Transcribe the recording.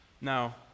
Now